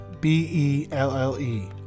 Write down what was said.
B-E-L-L-E